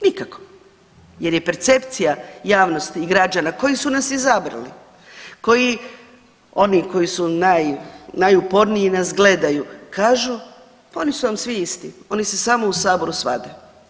Nikako, jer je percepcija javnosti i građana koji su nas izabrali, koji oni koji su najuporniji nas gledaju kažu pa oni su vam svi isti, oni se samo u saboru svade.